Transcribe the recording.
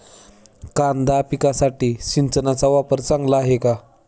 कांदा पिकासाठी सिंचनाचा वापर चांगला आहे का?